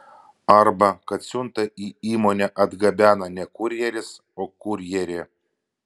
arba kad siuntą į įmonę atgabena ne kurjeris o kurjerė